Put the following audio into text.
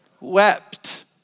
wept